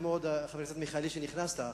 חבר הכנסת מיכאלי, יפה מאוד שנכנסת.